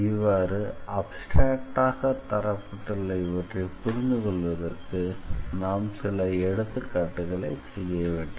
இவ்வாறு அப்ஸ்ட்ராக்ட்டாக தரப்பட்டுள்ள இவற்றை புரிந்து கொள்வதற்கு நாம் சில எடுத்துக்காட்டுகளை செய்ய வேண்டும்